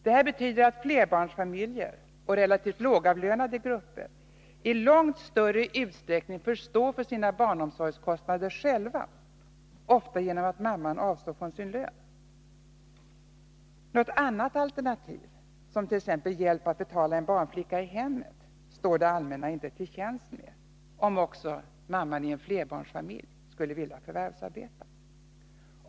Detta betyder att flerbarnsfamiljer och relativt lågavlönade grupper i långt större utsträckning får stå för sina barnomsorgskostnader själva, ofta genom att mamman avstår från sin lön. Något annat alternativ, som t.ex. hjälp för att betala en barnflicka i hemmet, står det allmänna inte till tjänst med — om också mamman i en flerbarnsfamilj skulle vilja förvärvsarbeta.